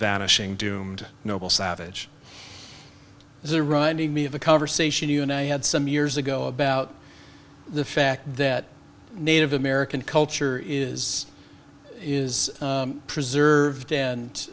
vanishing doom and noble savage as a running me of a conversation you and i had some years ago about the fact that native american culture is is preserved and